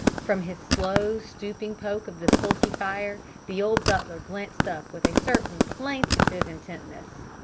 from his slow, stooping poke of the sulky fire the old butler glanced up with a certain plaintive intentness.